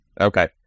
Okay